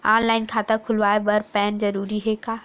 Online खाता खुलवाय बर पैन जरूरी हे का?